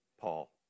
Paul